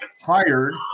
Hired